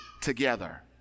together